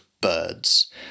birds